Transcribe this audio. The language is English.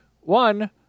one